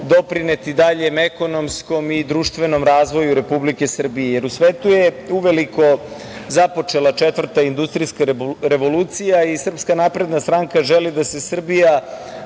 doprineti daljem ekonomskom i društvenom razvoju Republike Srbije. U svetu je uveliko započela četvrta industrijska revolucija i SNS želi da se Srbija